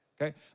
okay